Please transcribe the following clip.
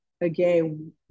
again